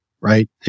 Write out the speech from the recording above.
right